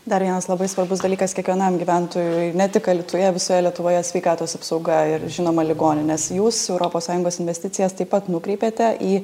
dar vienas labai svarbus dalykas kiekvienam gyventojui ne tik alytuje visoj lietuvoje sveikatos apsauga ir žinoma ligoninės jūs europos sąjungos investicijas taip pat nukreipėte į